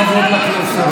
יש כבוד לכנסת.